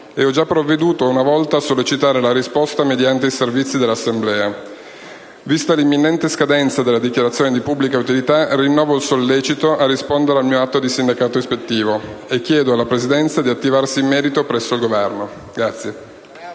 e ho già provveduto una volta a sollecitare la risposta mediante i Servizi dell'Assemblea. Vista l'imminente scadenza della dichiarazione di pubblica utilità, rinnovo il sollecito a rispondere al mio atto di sindacato ispettivo e chiedo alla Presidenza di attivarsi in merito presso il Governo.